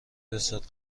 رسد